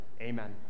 Amen